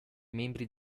membri